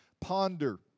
ponder